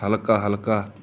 ਹਲਕਾ ਹਲਕਾ